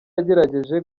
yagerageje